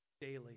daily